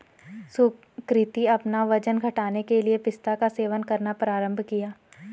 सुकृति अपना वजन घटाने के लिए पिस्ता का सेवन करना प्रारंभ किया